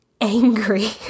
angry